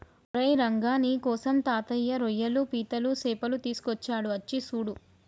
ఓరై రంగ నీకోసం తాతయ్య రోయ్యలు పీతలు సేపలు తీసుకొచ్చాడు అచ్చి సూడు